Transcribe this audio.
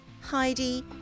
Heidi